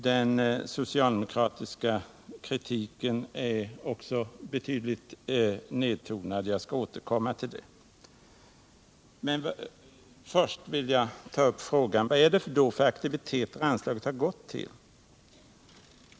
Den socialdemokratiska kritiken är också betydligt nedtonad. Jag skall återkomma till det. Men jag vill till att börja med ta upp frågan: Vad är det för aktiviteter anslaget gått till?